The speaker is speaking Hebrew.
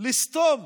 בעצם לסתום